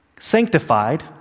sanctified